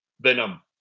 venom